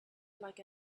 like